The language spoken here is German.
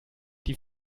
die